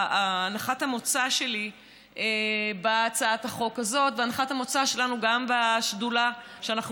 הנחת המוצא שלי בהצעת החוק הזאת והנחת המוצא שלנו גם בשדולה שאנחנו